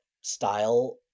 style